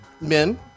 men